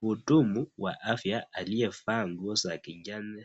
Mhudumu wa afya aliyevaa nguo za kijani